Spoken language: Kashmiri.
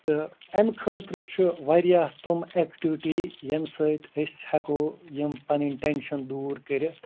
تہٕ اَمہِ خٲطرٕ چھُ واریاہ تِم اٮ۪کٹِوِٹی ییٚمہِ سۭتۍ أسۍ ہٮ۪کَو یِم پَنٕنۍ ٹینشَن دوٗر کٔرِتھ